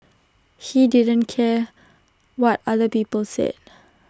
he didn't care what other people said